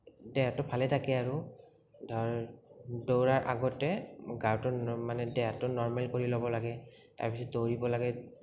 দেহটো ভালে থাকে আৰু ধৰ দৌৰাৰ আগতে গাটো মানে দেহটো নৰ্মেল কৰি ল'ব লাগে তাৰপিছত দৌৰিব লাগে